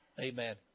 Amen